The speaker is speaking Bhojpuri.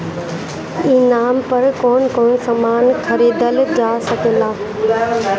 ई नाम पर कौन कौन समान खरीदल जा सकेला?